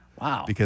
Wow